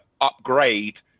upgrade